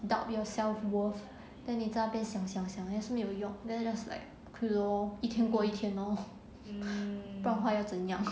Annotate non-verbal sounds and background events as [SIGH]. doubt yourself worth then 你那边想想想也是没有用 then you just like okay lor 一天过一天 lor [LAUGHS] 不然要怎怎样